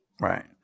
Right